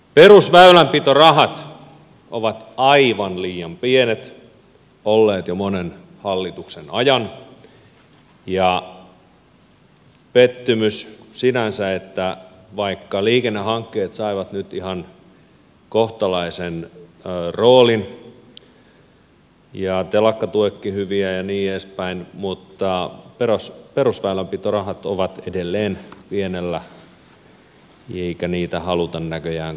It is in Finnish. perusväylänpitorahat ovat aivan liian pienet olleet jo monen hallituksen ajan ja pettymys sinänsä että vaikka liikennehankkeet saivat nyt ihan kohtalaisen roolin ja telakkatuetkin ovat hyviä ja niin edespäin niin perusväylänpitorahat ovat edelleen pienellä eikä niitä haluta näköjään korjata